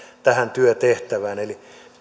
tähän työtehtävään eli